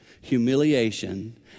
humiliation